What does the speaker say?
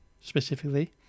specifically